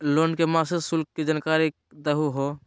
Loan के मासिक शुल्क के जानकारी दहु हो?